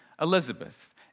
Elizabeth